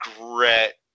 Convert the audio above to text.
regret